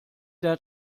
der